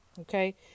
Okay